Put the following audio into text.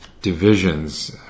divisions